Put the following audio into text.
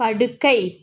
படுக்கை